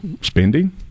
spending